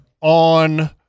on